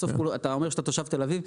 בסוף אתה אומר שאתה תושב תל אביב,